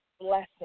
blessing